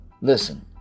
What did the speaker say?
Listen